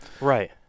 Right